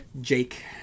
jake